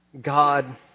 God